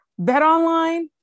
BetOnline